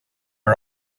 are